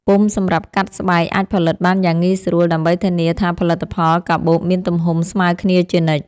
ពុម្ពសម្រាប់កាត់ស្បែកអាចផលិតបានយ៉ាងងាយស្រួលដើម្បីធានាថាផលិតផលកាបូបមានទំហំស្មើគ្នាជានិច្ច។